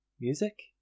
Music